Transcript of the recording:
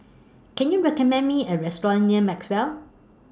Can YOU recommend Me A Restaurant near Maxwell